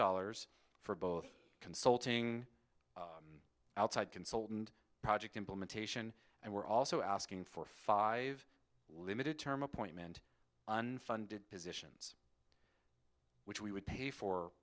dollars for both consulting an outside consultant project implementation and we're also asking for five limited term appointment unfunded positions which we would pay for